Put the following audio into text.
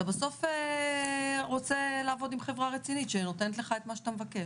בסוף אתה רוצה לעבוד עם חברה רצינית שנותנת לך את מה שאתה מבקש.